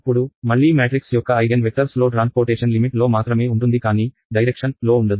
ఇప్పుడు మళ్ళీ మ్యాట్రిక్స్ యొక్క ఐగెన్ వెక్టర్స్ లో పరివర్తన పరిమాణంలో మాత్రమే ఉంటుంది కానీ దిశడైరెక్షన్లో ఉండదు